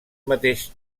mateix